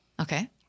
Okay